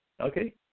Okay